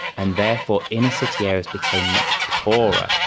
and therefore inner city areas became much poorer.